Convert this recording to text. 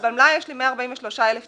אבל במלאי יש לי 143,000 תיקים.